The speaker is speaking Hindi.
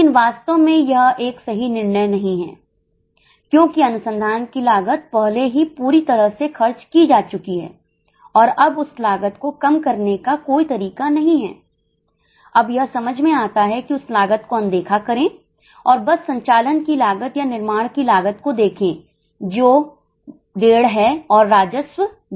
लेकिन वास्तव में यह एक सही निर्णय नहीं है क्योंकि अनुसंधान की लागत पहले ही पूरी तरह से खर्च की जा चुकी है और यह अब उस लागत को कम करने का कोई तरीका नहीं है अब यह समझ में आता है कि उस लागत को अनदेखा करें और बस संचालन की लागत या निर्माण की लागत को देखें जो 15 है और राजस्व 2 है